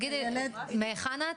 מהיכן את?